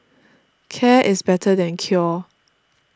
care is better than cure